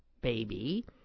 baby